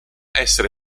essere